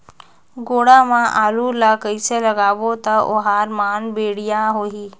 गोडा मा आलू ला कइसे लगाबो ता ओहार मान बेडिया होही?